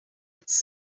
its